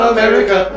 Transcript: America